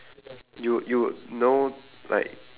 you you know like